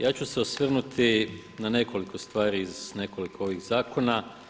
Ja ću se osvrnuti na nekoliko stvari iz nekoliko ovih zakona.